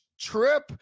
trip